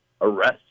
arrest